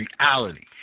reality